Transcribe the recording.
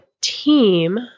team